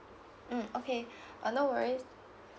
mm okay uh no worries